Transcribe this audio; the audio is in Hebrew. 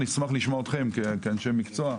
אשמח לשמוע אתכם כאנשי מקצוע.